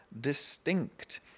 distinct